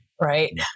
Right